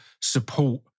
support